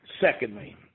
secondly